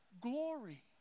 glory